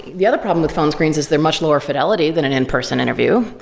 the other problem with phone screens is they're much lower fidelity than an in-person interview,